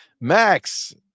max